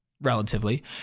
relatively